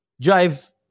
drive